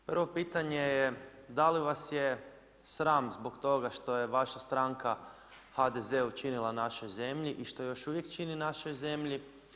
Prvo pitanje je da li vas je sram zbog toga što je vaša stranka HDZ učinila našoj zemlji i što još uvijek čini našoj zemlji?